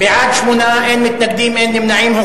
בעד, 8, אין מתנגדים ואין נמנעים.